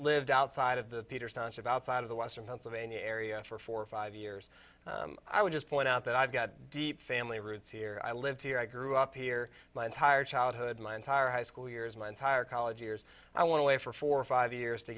lived outside of the peter sonship outside of the western pennsylvania area for four or five years i would just point out that i've got deep family roots here i live here i grew up here my entire childhood my entire high school years my entire college years i want to wait for four or five years to